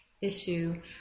issue